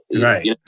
Right